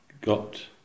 got